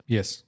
Yes